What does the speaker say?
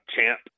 champ